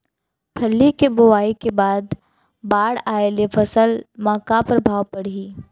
फल्ली के बोआई के बाद बाढ़ आये ले फसल मा का प्रभाव पड़ही?